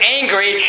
angry